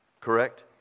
Correct